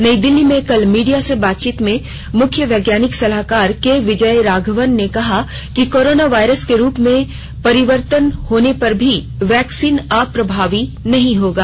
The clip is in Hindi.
नई दिल्ली में कल मीडिया से बातचीत में मुख्य वैज्ञानिक सलाहकार के विजय राघवन ने कहा कि कोरोना वायरस के रूप में परिवर्तन होने पर भी वैक्सीन अप्रभावी नहीं होगा